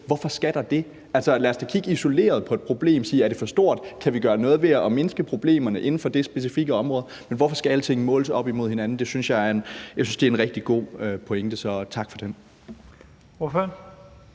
Hvorfor skal der det? Lad os da kigge isoleret på et problem og sige, om det er for stort, og om vi kan gøre noget ved det for at mindske problemerne inden for det specifikke område. Men hvorfor skal alting måles op imod hinanden? Jeg synes, det var en rigtig god pointe, så tak for den.